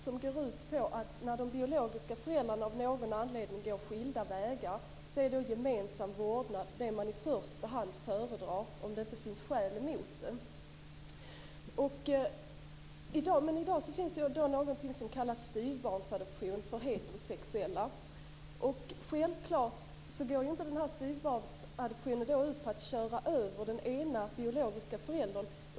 Den går ut på att gemensam vårdnad är det som man i första hand föredrar om det inte finns skäl emot det när de biologiska föräldrarna av någon anledning går skilda vägar. I dag finns det någonting som kallas styvbarnsadoption för heterosexuella. Den går självklart inte ut på att köra över den ena biologiska föräldern.